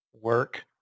work